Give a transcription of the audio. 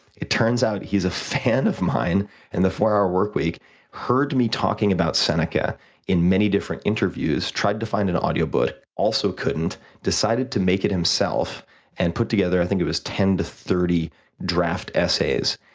it turns out he's a fan of mine and the four hour work week heard me talking about seneca in many different interviews tried to find an audio book also couldn't decided to make it himself and put together, i think it was, ten to thirty draft essay's.